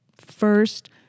first